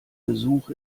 besuch